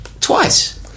twice